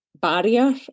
barrier